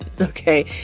okay